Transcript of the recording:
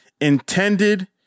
intended